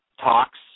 talks